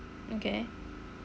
okay